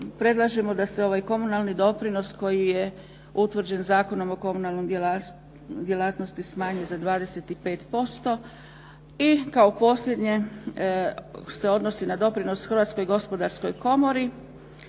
predlažemo da se ovaj komunalni doprinos koji je utvrđen Zakonom o komunalnoj djelatnosti smanji za 25% i kao posljednje se odnosi na doprinos Hrvatskog gospodarskoj komori